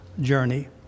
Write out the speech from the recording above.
journey